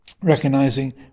recognizing